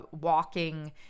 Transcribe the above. walking